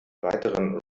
weiteren